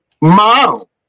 model